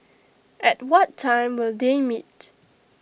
at what time will they meet